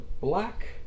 black